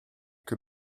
que